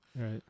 Right